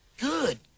good